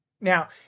Now